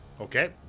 Okay